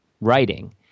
writing